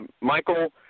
Michael